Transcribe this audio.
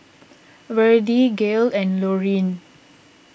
Verdie Gail and Loreen